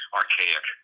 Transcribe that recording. archaic